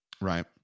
Right